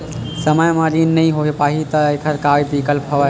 समय म ऋण नइ हो पाहि त एखर का विकल्प हवय?